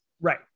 Right